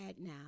now